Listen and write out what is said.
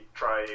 try